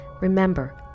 Remember